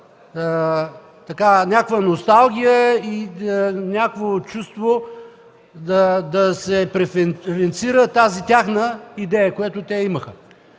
някаква носталгия и чувство да се преференцира тази тяхна идея, която имаха.